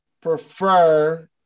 prefer